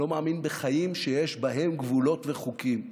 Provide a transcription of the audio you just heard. לא מאמין בחיים שיש בהם גבולות וחוקים.